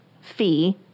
fee